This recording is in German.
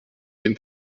dem